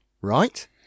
right